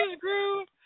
groove